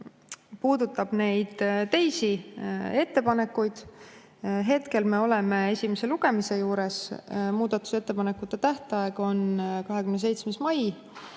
puudutab neid teisi ettepanekuid, siis hetkel me oleme esimese lugemise juures. Muudatusettepanekute tähtaeg on 27. mai.